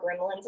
gremlins